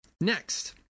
next